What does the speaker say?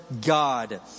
God